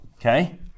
Okay